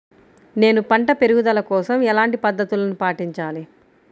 నేను పంట పెరుగుదల కోసం ఎలాంటి పద్దతులను పాటించాలి?